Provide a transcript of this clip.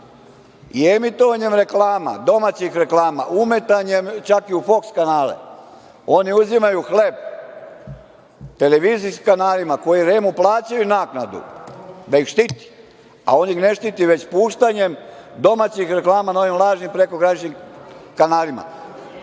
i emitovanjem reklama, domaćih reklama, umetanjem čak i u „Foks“ kanale. Oni uzimaju hleb televizijskim kanalima koji REM-u plaćaju naknadu da ih štiti, a on ih ne štiti, već puštanjem domaćih reklama na ovim lažnim prekograničnim kanalima